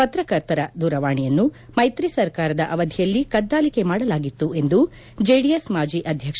ಪತ್ರಕರ್ತರ ದೂರವಾಣಿಯನ್ನು ಮೈತ್ರಿ ಸರ್ಕಾರದ ಅವಧಿಯಲ್ಲಿ ಕದ್ದಾಲಿಕೆ ಮಾಡಲಾಗಿತ್ತು ಎಂದು ಜೆಡಿಎಸ್ ಮಾಜಿ ಅಧ್ಯಕ್ಷ